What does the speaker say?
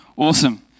Awesome